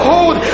Hold